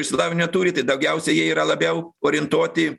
išsilavinimą turi tai daugiausia jie yra labiau orientuoti